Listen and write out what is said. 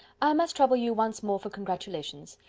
must trouble you once more for congratulations.